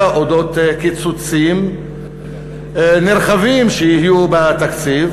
על אודות קיצוצים נרחבים שיהיו בתקציב.